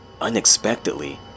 Unexpectedly